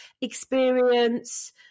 experience